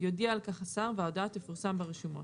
יודיע על-כך השר והודעה תפורסם ברשומות.